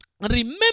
Remember